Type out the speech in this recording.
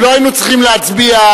ולא היינו צריכים להצביע,